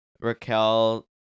Raquel